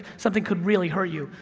something could really hurt you,